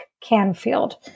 Canfield